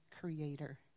Creator